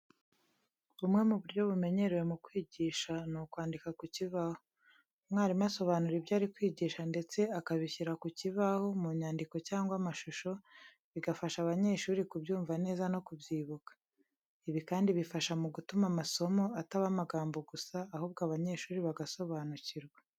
Bumwe mu buryo bumenyerewe mu kwigisha, ni ukwandika ku kibaho. Umwarimu asobanura ibyo ari kwigisha ndetse akabishyira ku kibaho mu nyandiko cyangwa amashusho, bigafasha abanyeshuri kubyumva neza no kubyibuka. Ibi kandi bifasha mu gutuma amasomo ataba amagambo gusa, ahubwo abanyeshuri bagasobanukirwa.